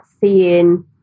seeing